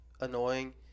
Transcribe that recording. annoying